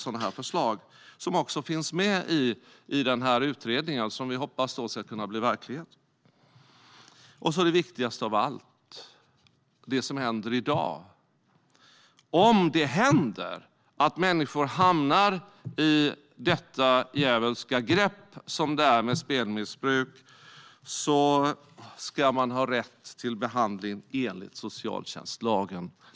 Dessa förslag finns också med i utredningen, och jag hoppas att de ska kunna bli verklighet. Det viktigaste av allt är det som händer i dag: Om det händer att människor hamnar i detta djävulska grepp som spelmissbruk innebär ska de ha rätt till behandling enligt socialtjänstlagen.